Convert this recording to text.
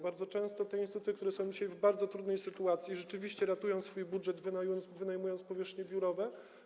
Bardzo często te instytuty, które są dzisiaj w bardzo trudnej sytuacji, rzeczywiście ratują swój budżet, wynajmując powierzchnie biurowe.